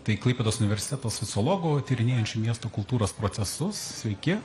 tai klaipėdos universiteto sociologu tyrinėjančiu miesto kultūros procesus sveiki